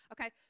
Okay